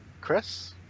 Chris